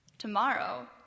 tomorrow